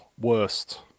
worst